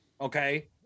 okay